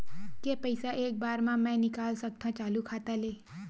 के पईसा एक बार मा मैं निकाल सकथव चालू खाता ले?